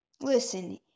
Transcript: Listen